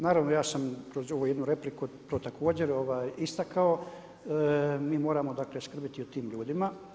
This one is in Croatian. Naravno ja sam kroz ovu jednu repliku tu također istakao, mi moramo skrbiti o tim ljudima.